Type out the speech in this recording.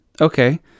okay